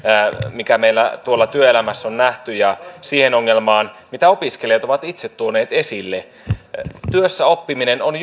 mikä meillä tuolla työelämässä on nähty ja siihen ongelmaan mitä opiskelijat ovat itse tuoneet esille työssäoppiminen on